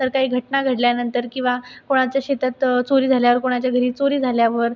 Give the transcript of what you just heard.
तर काही घटना घडल्यानंतर किंवा कोणाच्या शेतात चोरी झाल्यावर कोणाच्या घरी चोरी झाल्यावर